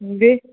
بیٚیہِ